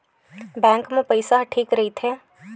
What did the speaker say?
Bank मा पईसा ह ठीक राइथे?